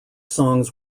songs